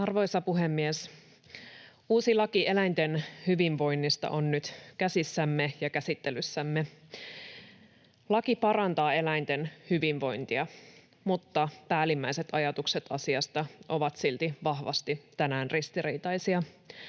Arvoisa puhemies! Uusi laki eläinten hyvinvoinnista on nyt käsissämme ja käsittelyssämme. Laki parantaa eläinten hyvinvointia, mutta päällimmäiset ajatukset asiasta ovat silti tänään vahvasti ristiriitaisia.